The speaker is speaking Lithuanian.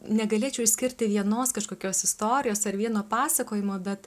negalėčiau išskirti vienos kažkokios istorijos ar vieno pasakojimo bet